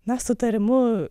na sutarimu